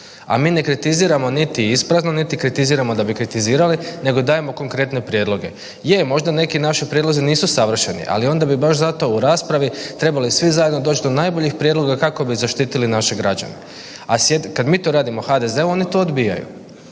A mi ne kritiziramo niti isprazno niti kritiziramo da bi kritizirali, nego dajemo konkretne prijedloge. Je, možda neki naši prijedlozi nisu savršeni, ali onda bi baš zato, u raspravi trebali svi zajedno doći do najboljih prijedloga kako bi zaštitili naše građane. A .../nerazumljivo/... kad mi to radimo HDZ-u oni to odbijaju.